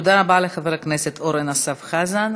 תודה רבה לחבר הכנסת אורן אסף חזן.